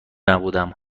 نبودم